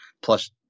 plus